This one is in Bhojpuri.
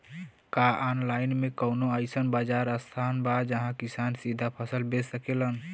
का आनलाइन मे कौनो अइसन बाजार स्थान बा जहाँ किसान सीधा फसल बेच सकेलन?